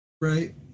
right